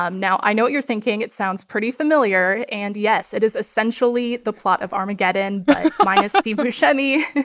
um now, i know what you're thinking. it sounds pretty familiar. and, yes, it is essentially the plot of armageddon but. minus steve buscemi.